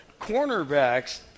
cornerbacks